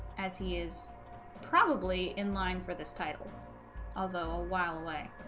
as he is probably in line for this title although a while away